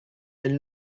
elle